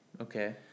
Okay